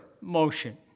motion